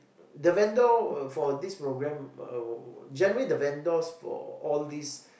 the vendor uh for this programme uh generally the vendors for all these